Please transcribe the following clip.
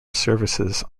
services